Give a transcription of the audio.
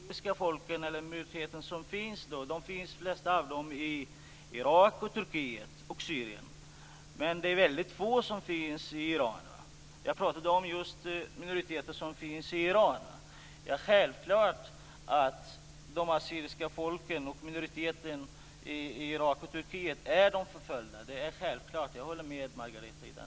Fru talman! Den assyriska minoriteten som finns lever mestadels i Irak, Turkiet och Syrien. Men det finns väldigt få assyrier i Iran. Jag pratade om minoriteter som finns just i Iran. Det är självklart att det assyriska folket i Irak och Turkiet är förföljt. Jag håller med Margareta Viklund på den punkten.